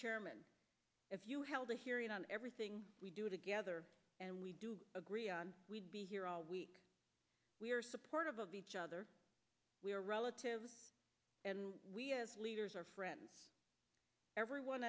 chairman if you held a hearing on everything we do together and we do agree we'd be here all week we are supportive of each other we are relatives and leaders are friends everyone